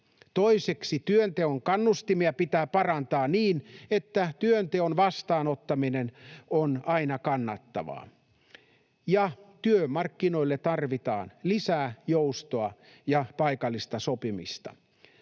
Toiseksi työnteon kannustimia pitää parantaa niin, että työnteon vastaanottaminen on aina kannattavaa, ja työmarkkinoille tarvitaan lisää joustoa ja paikallista sopimista.